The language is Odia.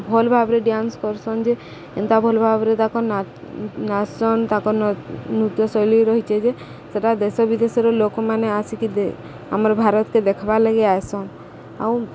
ଭଲ ଭାବରେ ଡ୍ୟାନ୍ସ କରସନ୍ ଯେ ଏନ୍ତା ଭଲ ଭାବରେ ତାଙ୍କ ନାସନ୍ ତାଙ୍କ ନୃତ୍ୟଶୈଳୀ ରହିଛେ ଯେ ସେଇଟା ଦେଶ ବିଦେଶର ଲୋକମାନେ ଆସିକି ଆମର ଭାରତକେ ଦେଖବାର୍ ଲାଗି ଆସନ୍ ଆଉ